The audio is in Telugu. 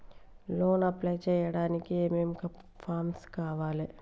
లోన్ అప్లై చేయడానికి ఏం ఏం ఫామ్స్ కావాలే?